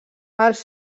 els